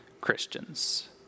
Christians